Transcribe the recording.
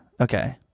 Okay